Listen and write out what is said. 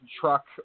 truck